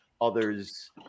Others